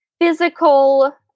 physical